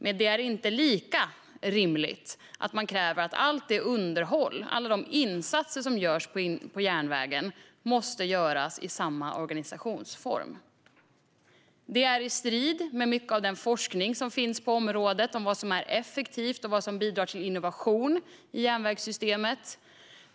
Men det är inte lika rimligt att kräva att allt underhåll och alla insatser som görs på järnvägen måste ske i samma organisationsform. Det står i strid med mycket av den forskning som finns på området om vad som är effektivt och bidrar till innovation i järnvägssystemet.